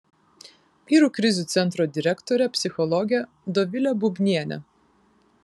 vyrų krizių centro direktorė psichologė dovilė bubnienė